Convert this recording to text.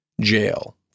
jail